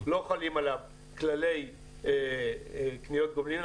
לא חלים עליו כללי קניות גומלין.